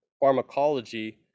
pharmacology